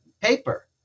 paper